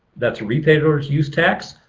that's retailer's use tax,